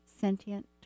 sentient